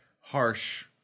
harsh